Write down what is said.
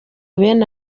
bene